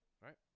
Right